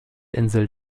insel